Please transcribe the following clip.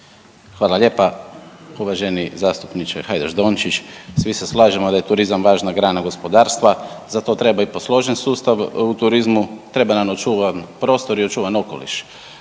Hvala lijepa uvaženi zastupničke Hajdaš Dojčić. Svi se slažemo da je turizam važna grana gospodarstva za to treba biti posložen sustav u turizmu, treba nam očuvan prostor i očuvan okoliš.